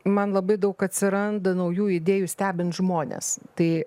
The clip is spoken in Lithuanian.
man labai daug atsiranda naujų idėjų stebint žmones tai